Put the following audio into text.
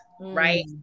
right